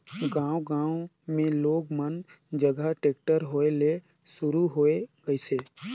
गांव गांव मे लोग मन जघा टेक्टर होय ले सुरू होये गइसे